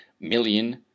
million